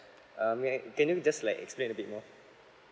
um may I can you just like explain a bit more